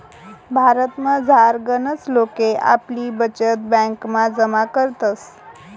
भारतमझार गनच लोके आपली बचत ब्यांकमा जमा करतस